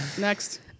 Next